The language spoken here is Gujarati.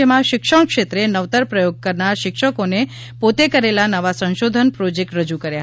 જેમાં શિક્ષણ ક્ષેત્રે નવતર પ્રયોગ કરનાર શિક્ષકોને પોતે કરેલા નવા સંશોધન પ્રોજેક્ટ રજૂ કર્યા હતા